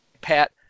Pat